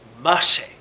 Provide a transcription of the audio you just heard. mercy